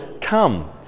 come